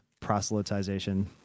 proselytization